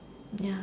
ya